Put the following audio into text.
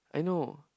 I know